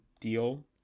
deal